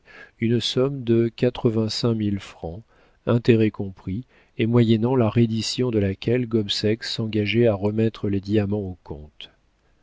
une somme de quatre-vingt-cinq mille francs intérêts compris et moyennant la reddition de laquelle gobseck s'engageait à remettre les diamants au comte